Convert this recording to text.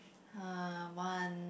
uh one